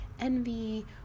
envy